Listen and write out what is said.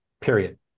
Period